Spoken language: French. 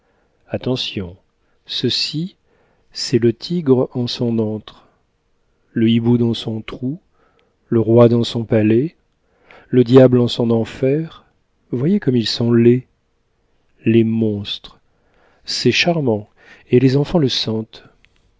attention ceci c'est le tigre en son antre le hibou dans son trou le roi dans son palais le diable en son enfer voyez comme ils sont laids les monstres c'est charmant et les enfants le sentent